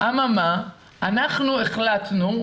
אנחנו החלטנו,